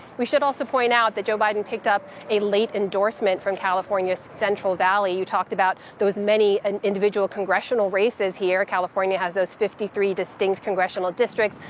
we should also point out that joe biden picked up a late endorsement from california's central valley. you talked about those many and individual congressional races here. california has those fifty three distinct congressional districts.